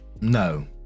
no